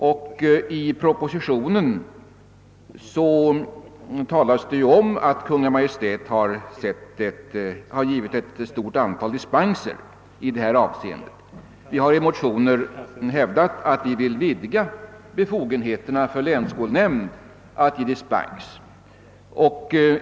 I propositionen talas det om att Kungl. Maj:t har givit ett stort antal dispenser i detta avseende. Vi har i motioner hävdat att vi vill vidga befogenheterna för länsskolnämnd att ge dispens.